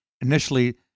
Initially